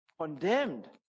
condemned